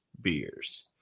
beers